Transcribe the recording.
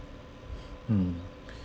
mm